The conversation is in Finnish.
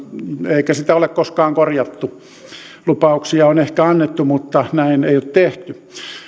eikä sitä ole koskaan korjattu lupauksia on ehkä annettu mutta näin ei ole tehty